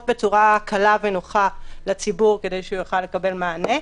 בצורה קלה ונוחה לציבור כדי שהוא יוכל לקבל מענה,